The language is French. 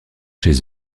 chez